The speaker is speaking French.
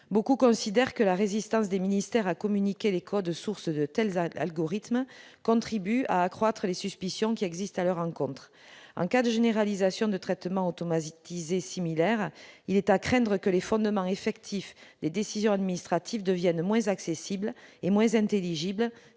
beaucoup considèrent que la résistance des ministères, a communiqué les codes sources de tels algorithme contribue à accroître les suspicions qui existe à leur encontre en cas de généralisation de traitement automatisé similaire, il est à craindre que les fondements effectif les décisions administratives deviennent moins accessible et moins intelligible